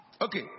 Okay